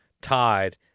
tied